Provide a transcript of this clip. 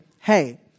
hey